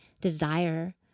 desire